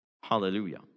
hallelujah